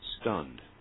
stunned